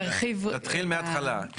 תתחיל מהתחלה.